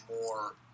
more